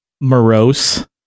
morose